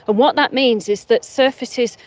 ah what that means is that surfaces,